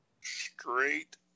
Straight